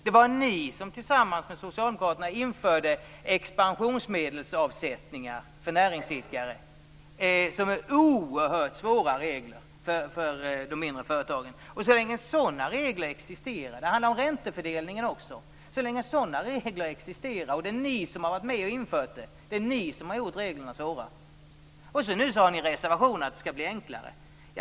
Det var ni som tillsammans med socialdemokraterna införde expansionsmedelsavsättningar för näringsidkare och räntefördelningen. Där är reglerna oerhört svåra för de mindre företagen. Sådana regler existerar och det är ni som har infört dem. Nu reserverar ni er för att det hela skall bli enklare.